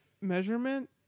measurement